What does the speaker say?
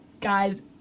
Guys